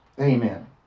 Amen